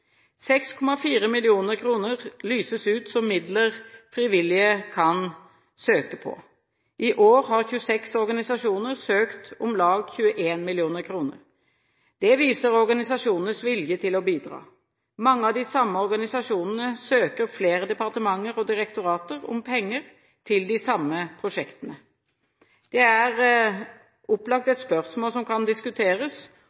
6,4 mill. kr lyses ut som midler frivillige kan søke på. I år har 26 organisasjoner søkt om om lag 21 mill. kr. Det viser organisasjonenes vilje til å bidra. Mange av de samme organisasjonene søker flere departementer og direktorater om penger til de samme prosjektene. Det er opplagt